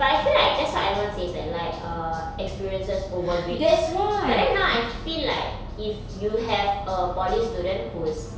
but I feel like that's what everyone says eh like err experiences over grades but then now I feel like if you have a poly student who's